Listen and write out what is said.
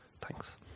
Thanks